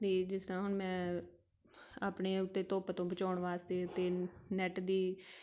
ਅਤੇ ਜਿਸ ਤਰ੍ਹਾਂ ਹੁਣ ਮੈਂ ਆਪਣੇ ਉੱਤੇ ਧੁੱਪ ਤੋਂ ਬਚਾਉਣ ਵਾਸਤੇ ਤਾਂ ਨੈੱਟ ਦੀ